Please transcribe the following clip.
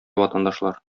ватандашлар